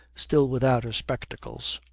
still without her spectacles.